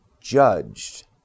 judged